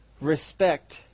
respect